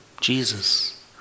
Jesus